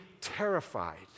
terrified